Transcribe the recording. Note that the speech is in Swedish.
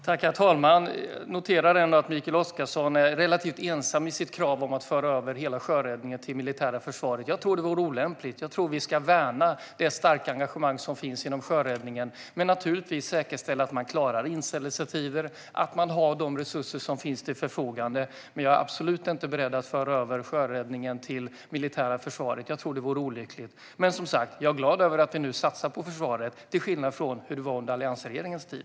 Herr talman! Jag noterar att Mikael Oscarsson är relativt ensam i sitt krav på att hela sjöräddningen ska föras över till det militära försvaret. Jag tror att det vore olämpligt. Jag tror att vi ska värna det starka engagemang som finns inom sjöräddningen men naturligtvis säkerställa att man klarar inställelsetider och att man har resurser till sitt förfogande. Jag är absolut inte beredd att föra över sjöräddningen till det militära försvaret. Det tror jag vore olyckligt. Men jag är som sagt jag glad över att vi nu satsar på försvaret, till skillnad från hur det var under alliansregeringens tid.